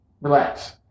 relax